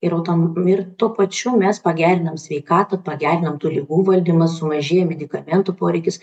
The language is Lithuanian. ir autom ir tuo pačiu mes pagerinam sveikatą pagerinam tų ligų valdymą sumažėja medikamentų poreikis